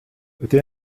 öte